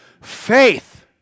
faith